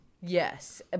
yes